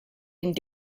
and